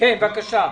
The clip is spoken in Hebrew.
בבקשה.